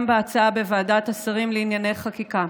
בהצעה בוועדת השרים לענייני חקיקה.